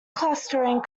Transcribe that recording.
clustering